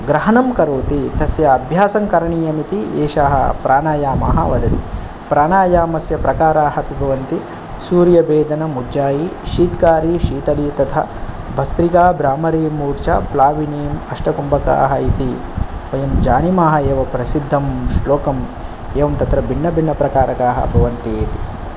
ग्रहणं करोति तस्य अभ्यासं करणीयम् इति एषः प्राणायामः वदति प्राणायामस्य प्रकाराः किं भवन्ति सूर्यभेदनमुज्जायी शीत्कारी शीतली तथा भस्त्रिका भ्रामरी मूर्च्छा प्लाविनी अष्टकुम्भका इति वयं जानीमः एव प्रसिद्धः श्लोकः एवं तत्र भिन्नभिन्नप्रकारकाः भवन्ति इति